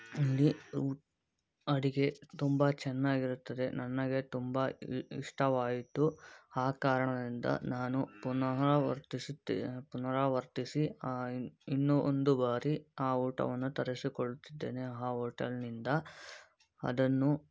ಅಲ್ಲಿ ಊ ಅಡಿಗೆ ತುಂಬಾ ಚೆನ್ನಾಗಿರುತ್ತದೆ ನನಗೆ ತುಂಬ ಇಷ್ಟವಾಯಿತು ಆ ಕಾರಣದಿಂದ ನಾನು ಪುನಹಾವರ್ತಿಸುತ್ತೇ ಪುನರಾವರ್ತಿಸಿ ಇನ್ನೂ ಒಂದು ಬಾರಿ ಆ ಊಟವನ್ನು ತರಿಸಿಕೊಳ್ಳುತ್ತಿದ್ದೇನೆ ಆ ಹೋಟೆಲ್ನಿಂದ ಅದನ್ನು